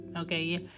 okay